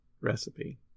recipe